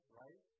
right